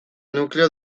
núcleo